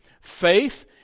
Faith